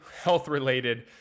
health-related